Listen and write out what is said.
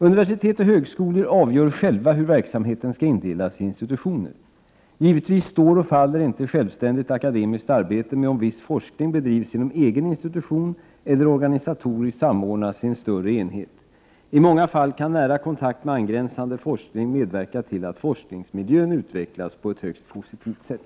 Universitet och högskolor avgör själva hur verksamheten skall indelas i institutioner. Givetvis står och faller inte självständigt akademiskt arbete med om viss forskning bedrivs inom en egen institution eller organisatoriskt samordnas i en större enhet. I många fall kan nära kontakt med angränsande forskning medverka till att forskningsmiljön utvecklas på ett högst positivt sätt.